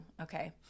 Okay